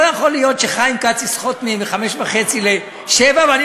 לא יכול להיות שחיים כץ יסחט ממני מ-5,500 ל-7,000 ואני